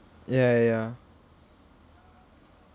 ya ya ya